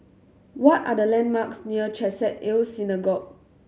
what are the landmarks near Chesed El Synagogue